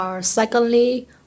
Secondly